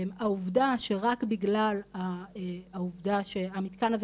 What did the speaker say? העובדה שרק בגלל העובדה שהמתקן הזה